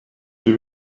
die